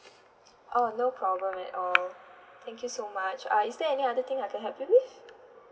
oh no problem at all thank you so much uh is there any other thing I can help you with